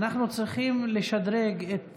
אנחנו צריכים לשדרג את